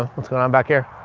what's going on back here?